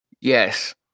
Yes